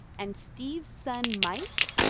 and steve's son mike,